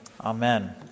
Amen